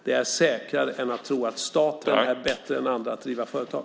Det är säkrare än att tro att staten är bättre än andra att driva företag.